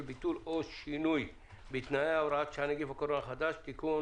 ביטול או שינוי בתנאיה) (נגיף הקורונה החדש הוראת שעה - תיקון),